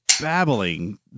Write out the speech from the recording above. babbling